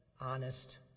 honest